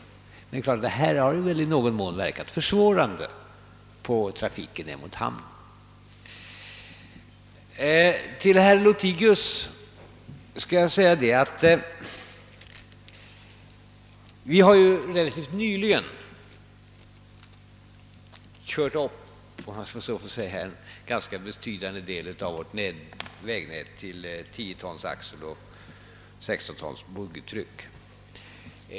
Detta har väl i någon mån verkat hämmande på trafiken till denna hamn. För herr Lothigius vill jag påpeka att vi relativt nyligen har lyft upp — om jag så får säga — en ganska betydande del av vårt vägnät till 10 tons axeltryck och 16 tons boggitryck.